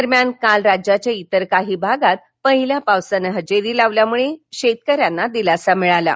दरम्यान काल राज्याध्या इतर काही भागात पहिल्या पावसानं हजेरी लावल्यामुळे शेतकऱ्यांना दिलासा मिळाला आहे